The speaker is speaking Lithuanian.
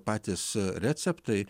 patys receptai